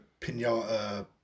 pinata